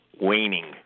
waning